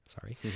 Sorry